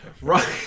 Right